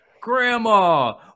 Grandma